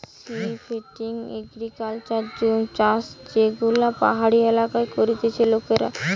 shifting agriculture জুম চাষযেগুলো পাহাড়ি এলাকায় করতিছে লোকেরা